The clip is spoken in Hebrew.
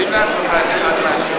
שים לעצמך את אחד מהשעונים,